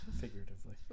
Figuratively